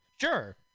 Sure